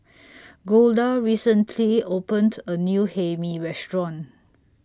Golda recently opened A New Hae Mee Restaurant